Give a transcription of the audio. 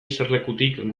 eserlekutik